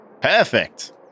Perfect